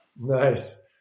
Nice